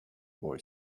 boy